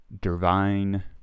divine